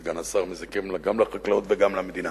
סגן השר, מזיקים גם לחקלאות וגם למדינה.